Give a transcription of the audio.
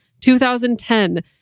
2010